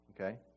okay